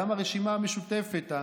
גם הרשימה המשותפת,